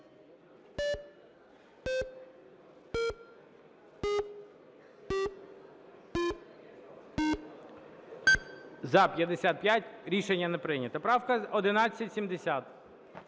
За-55 Рішення не прийнято. Правка 1170.